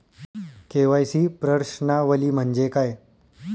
KYC प्रश्नावली म्हणजे काय?